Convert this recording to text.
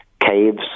caves